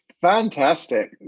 Fantastic